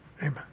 Amen